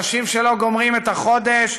אנשים שלא גומרים את החודש,